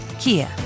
Kia